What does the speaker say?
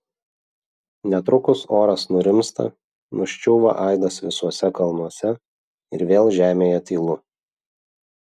netrukus oras nurimsta nuščiūva aidas visuose kalnuose ir vėl žemėje tylu